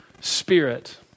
spirit